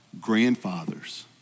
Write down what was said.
grandfathers